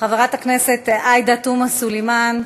חברת הכנסת עאידה תומא סלימאן,